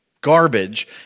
garbage